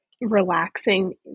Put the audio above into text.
relaxing